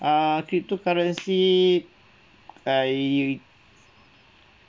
err cryptocurrency I